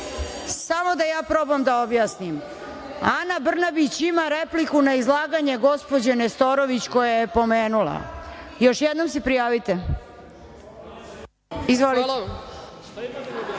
Samo da ja probam da objasnim. Ana Brnabić ima repliku na izlaganje gospođe Nestorović koja ju je pomenula. Još jednom se prijavite. Izvolite.